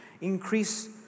increase